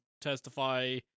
testify